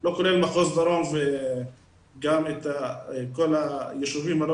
לא כולל מחוז דרום וגם את כל היישובים הלא